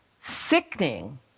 sickening